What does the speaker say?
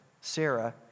Sarah